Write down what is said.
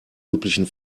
üblichen